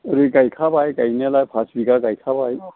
ओरै गायखाबाय गायनायालाय फास बिगा गायखाबाय